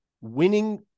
Winning